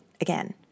again